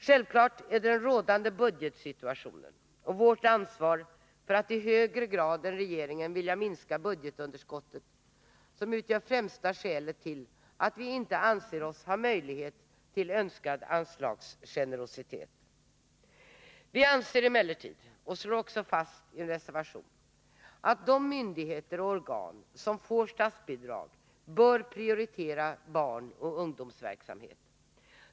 Självfallet är det den rådande budgetsituationen och vårt ansvar för att i högre grad än regeringen vilja minska budgetunderskottet som är främsta skälet till att vi inte anser oss ha möjlighet till önskad anslagsgenerositet. Vi anser emellertid, vilket vi också slår fast i en reservation, att myndigheter och organ som får statsbidrag bör prioritera barnoch ungdomsverksamhet.